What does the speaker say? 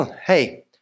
Hey